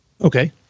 Okay